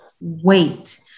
wait